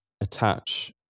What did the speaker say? attach